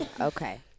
Okay